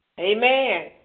Amen